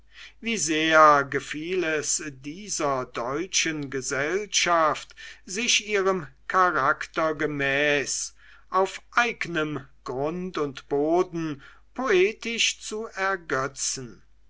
wie sehr gefiel es dieser deutschen gesellschaft sich ihrem charakter gemäß auf eignem grund und boden poetisch zu ergötzen